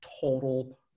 total –